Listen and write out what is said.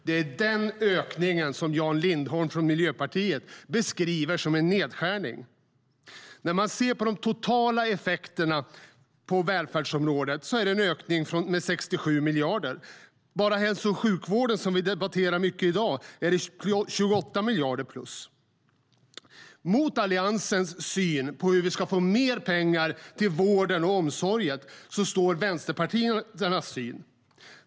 Det är den ökningen som Jan Lindholm från Miljöpartiet beskriver som en nedskärning. Mot Alliansens syn på hur vi ska få mer pengar till vården och omsorgen står vänsterpartiernas syn.